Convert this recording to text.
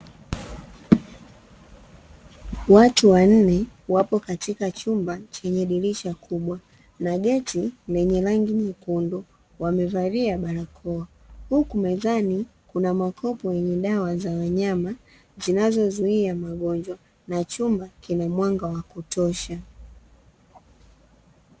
Watu wanne wapo katika chumba chenye dirisha kubwa, na geti lenye rangi nyekundu wamevalia barakoa, huku mezani kuna makopo ya dawa za wanyama zinazozuia magonjwa na chumba kina mwanga wa kutosha.